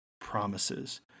promises